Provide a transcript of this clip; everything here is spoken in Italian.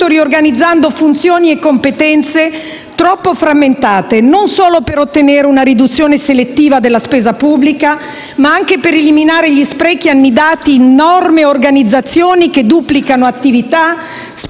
riorganizzando funzioni e competenze troppo frammentate, non solo per ottenere una riduzione selettiva della spesa pubblica, ma anche per eliminare gli sprechi annidati in norme ed organizzazioni che duplicano attività, spesso